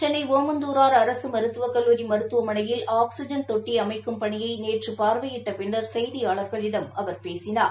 சென்னை ஒமந்துரார் அரசு மருத்துவக் கல்லூரி மருத்துவமனையில் ஆக்ஸிஜன் தொட்டி அமைக்கும் பணியை நேற்று பார்வையிட்ட பின்னர் செய்தியாளர்களிடம் அவர் பேசினார்